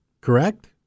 Correct